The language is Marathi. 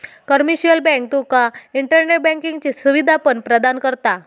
कमर्शियल बँक तुका इंटरनेट बँकिंगची सुवीधा पण प्रदान करता